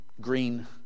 green